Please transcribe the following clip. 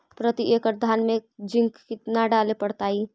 प्रती एकड़ धान मे जिंक कतना डाले पड़ताई?